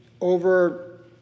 over